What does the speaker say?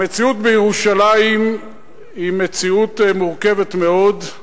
המציאות בירושלים היא מציאות מורכבת מאוד,